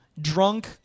drunk